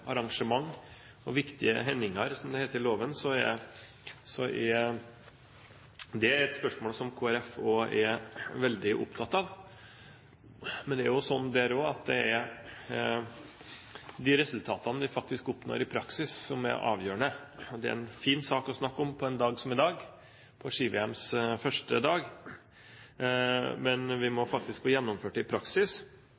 arrangement og «viktige hendingar», som det heter i loven, er det et spørsmål som Kristelig Folkeparti også er veldig opptatt av. Men det er jo sånn der også at det er de resultatene vi faktisk oppnår i praksis, som er avgjørende. Det er det jo fint å snakke om på en dag som i dag – ski-VMs første dag – men vi må